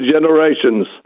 generations